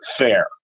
fair